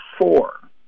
four